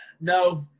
No